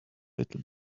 little